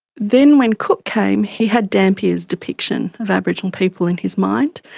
then when cook came he had dampier's depiction of aboriginal people in his mind,